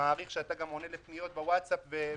מעריך שאתה גם עונה לפניות בווטסאפ ומשיב,